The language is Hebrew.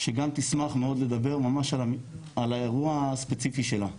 שגם תשמח מאוד לדבר ממש על האירוע הספציפי שלה.